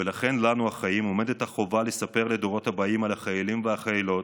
ולכן לנו החיים עומדת החובה לספר לדורות הבאים על החיילים והחיילות,